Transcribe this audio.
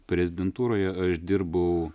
prezidentūroje aš dirbau